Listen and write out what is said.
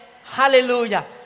Hallelujah